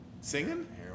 Singing